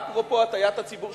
אפרופו הטעיית הציבור,